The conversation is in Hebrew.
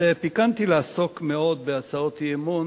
זה פיקנטי מאוד לעסוק בהצעות אי-אמון